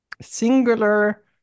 singular